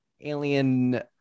alien